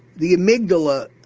the amygdala,